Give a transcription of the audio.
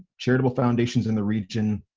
charitable foundations in the region,